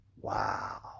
Wow